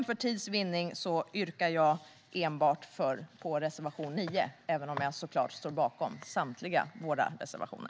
För tids vinnande yrkar jag bifall enbart till reservation 9, även om jag såklart står bakom samtliga våra reservationer.